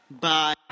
Bye